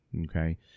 okay